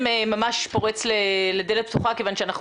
אתה בעצם ממש פורץ לדלת פתוחה כיוון שאנחנו